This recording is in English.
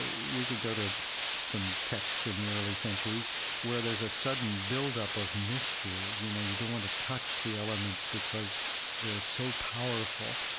we could go to some texts in the early centuries where there's a sudden build-up of mystery. you know, you don't want to touch the elements because they're so powerful.